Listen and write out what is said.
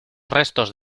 restos